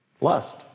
lust